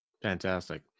Fantastic